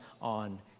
on